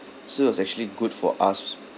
so it's actually good for us